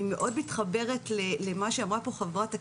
אני מאוד מתחברת למה שאמרה פה חברת הכנסת,